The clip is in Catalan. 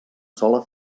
sola